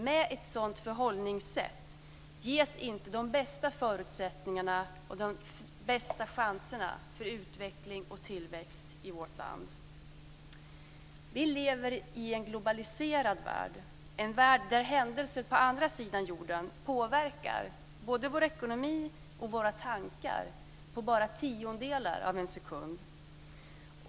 Med ett sådant förhållningssätt ges inte de bästa förutsättningarna och de bästa chanserna för utveckling och tillväxt i vårt land. Vi lever i en globaliserad värld, i en värld där händelser på andra sidan jorden påverkar både vår ekonomi och våra tankar på bara tiondelen av en sekund.